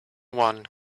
one